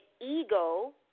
ego